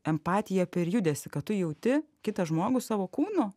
empatija per judesį kad tu jauti kitą žmogų savo kūnu